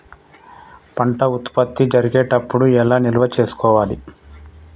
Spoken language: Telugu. పంట ఉత్పత్తి జరిగేటప్పుడు ఎలా నిల్వ చేసుకోవాలి?